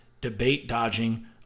debate-dodging